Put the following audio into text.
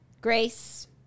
Grace